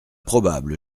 probable